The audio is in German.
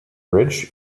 bridge